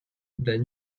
then